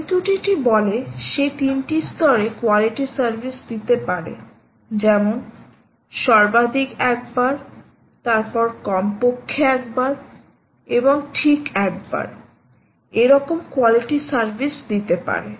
MQTT বলে সে তিনটি স্তরে কোয়ালিটি সার্ভিস দিতে পারে যেমন 'সর্বাধিক একবার' তারপর 'কমপক্ষে একবার' এবং 'ঠিক একবার' এরকম কোয়ালিটি সার্ভিস দিতে পারে